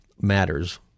matters